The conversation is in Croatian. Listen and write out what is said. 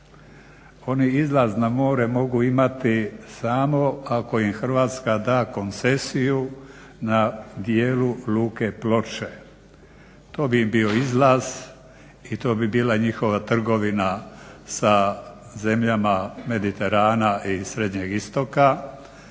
Oni izlaz na more mogu imati samo ako im Hrvatska da koncesiju na dijelu Luke Ploče. To bi im bio izlaz i to bi bila njihova trgovina sa zemljama Mediterana i srednjeg Istoka